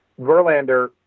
Verlander